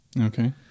Okay